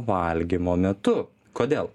valgymo metu kodėl